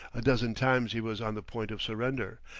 a dozen times he was on the point of surrender,